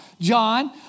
John